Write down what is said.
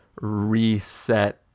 reset